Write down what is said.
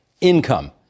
income